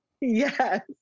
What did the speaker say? Yes